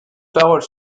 paroles